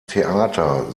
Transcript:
theater